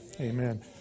Amen